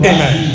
Amen